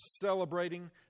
celebrating